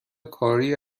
کاری